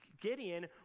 Gideon